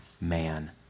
man